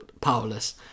powerless